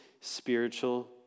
spiritual